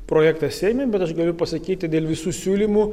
projektas seime bet aš galiu pasakyti dėl visų siūlymų